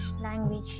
language